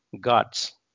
gods